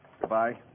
Goodbye